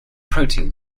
protein